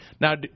Now